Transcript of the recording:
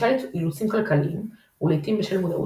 בשל אילוצים כלכליים ולעיתים בשל מודעות